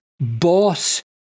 boss